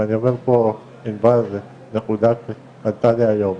ואני אומר פה, עינבל, זאת נקודה שעלתה לי היום,